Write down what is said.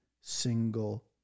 single